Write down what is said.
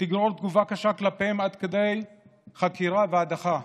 תגרור תגובה קשה כלפיהם עד כדי חקירה והדחה.